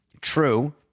True